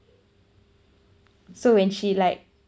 so when she like